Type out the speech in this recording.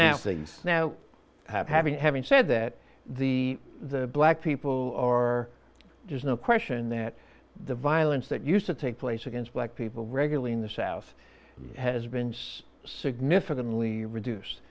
stop now now having having said that the the black people are there's no question that the violence that used to take place against black people regularly in the south has been significantly reduce